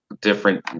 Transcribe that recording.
different